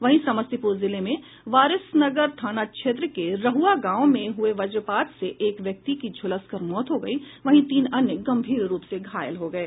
वहीं समस्तीपुर जिले में वारिसनगर थाना क्षेत्र के रहुआ गांव में हुये वजपात से एक व्यक्ति की झुलसकर मौत हो गई वहीं तीन अन्य गंभीर रूप से घायल हो गये